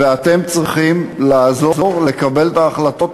ואתם צריכים לעזור ולקבל את ההחלטות